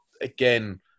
again